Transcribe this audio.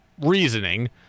reasoning